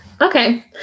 okay